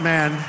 Man